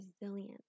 resilient